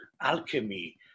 alchemy